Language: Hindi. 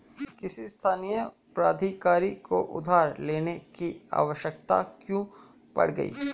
किसी स्थानीय प्राधिकारी को उधार लेने की आवश्यकता क्यों पड़ गई?